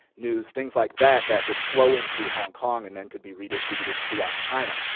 news, things like that, that would flow in through hong kong and then could be redistributed throughout china.